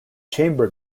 chamber